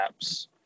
apps